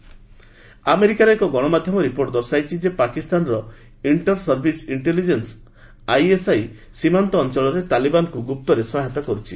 US ISI Taliban ଆମେରିକାର ଏକ ଗଣମାଧ୍ୟମ ରିପୋର୍ଟ ଦର୍ଶାଇଛି ଯେ ପାକିସ୍ତାନର ଇଷ୍ଟର ସର୍ଭିସ୍ ଇଣ୍ଟେଲିଜେନ୍ନ ଆଇଏସ୍ଆଇ ସୀମାନ୍ତ ଅଞ୍ଚଳରେ ତାଲିବାନକୁ ଗୁପ୍ତରେ ସହାୟତା କରୁଛି